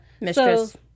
mistress